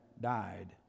died